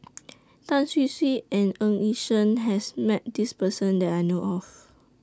Tan Hwee Hwee and Ng Yi Sheng has Met This Person that I know of